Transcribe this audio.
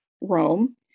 Rome